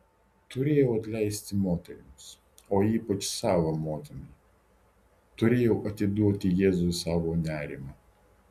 turėjau atleisti moterims o ypač savo motinai turėjau atiduoti jėzui savo nerimą